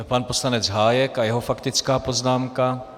Pan poslanec Hájek a jeho faktická poznámka.